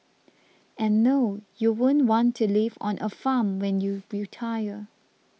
and no you won't want to live on a farm when you retire